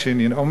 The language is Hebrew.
אומנם אומרים,